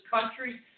country